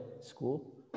school